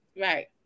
Right